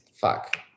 fuck